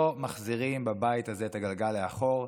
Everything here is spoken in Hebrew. לא מחזירים בבית הזה את הגלגל לאחור.